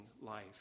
life